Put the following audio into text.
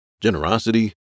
generosity